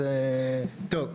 אז --- טוב,